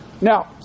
Now